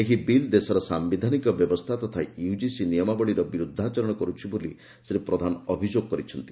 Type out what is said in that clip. ଏହି ବିଲ୍ ଦେଶର ସାୟିଧାନିକ ବ୍ୟବସ୍ଥା ତଥା ୟୁକିସି ନିୟମାବଳୀର ବିରୁଦ୍ଧାଚରଣ କରୁଛି ବୋଲି ଶ୍ରୀ ପ୍ରଧାନ ଅଭିଯୋଗ କରିଛନ୍ତି